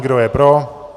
Kdo je pro?